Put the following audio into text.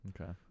Okay